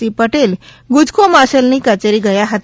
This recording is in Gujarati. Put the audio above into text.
સી પટેલ ગુજકોમાસોલની કચેરી ગયા હતા